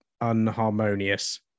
unharmonious